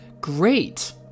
great